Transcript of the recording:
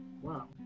wow